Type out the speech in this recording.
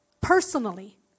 personally